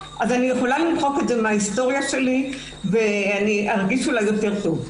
אז אני יכולה למחוק את זה מן ההיסטוריה שלי וארגיש אולי טוב יותר".